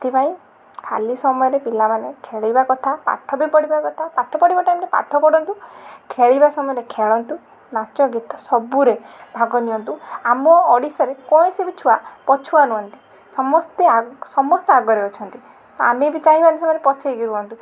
ସେଥିପାଇଁ ଖାଲି ସମୟରେ ପିଲାମାନେ ଖେଳିବା କଥା ପାଠ ବି ପଢ଼ିବା କଥା ପାଠ ପଢ଼ିବା ଟାଇମରେ ପାଠ ପଢ଼ନ୍ତୁ ଖେଳିବା ସମୟରେ ଖେଳନ୍ତୁ ନାଚ ଗୀତ ସବୁରେ ଭାଗ ନିଅନ୍ତୁ ଆମ ଓଡ଼ିଶାରେ କୌଣସି ବି ଛୁଆ ପଛୁଆ ନୁହଁନ୍ତି ସମସ୍ତେ ଆ ସମସ୍ତେ ଆଗରେ ଅଛନ୍ତି ତ ଆମେ ବି ଚାହିଁବାନି ସେମାନେ ପଛେଇକି ରୁହନ୍ତୁ